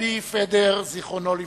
נפתלי פדר, זיכרונו לברכה.